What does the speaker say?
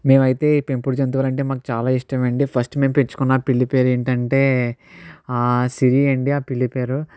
మేమైతే ఈ పెంపుడు జంతువులంటే మాకు చాలా ఇష్టమండి ఫస్ట్ మేము పెంచుకున్న పిల్లి పేరేంటంటే సిరి అండి ఆ పిల్లి పేరు